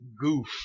goof